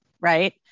right